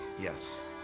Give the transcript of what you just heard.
yes